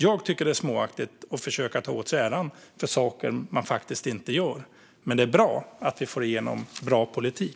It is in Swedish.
Jag tycker att det är småaktigt att försöka ta åt sig äran för saker man faktiskt inte gör. Men det är bra att vi får igenom bra politik.